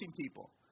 people